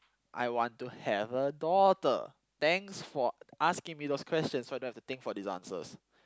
I want to have a daughter thanks for asking me those questions so that I don't have to think for these answers